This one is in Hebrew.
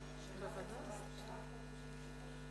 אני יכולה לשאול שאלת הבהרה?